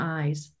eyes